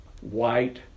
white